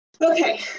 Okay